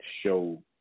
show